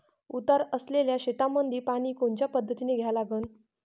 उतार असलेल्या शेतामंदी पानी कोनच्या पद्धतीने द्या लागन?